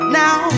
now